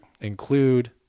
include